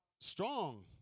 strong